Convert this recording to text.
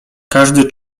każdy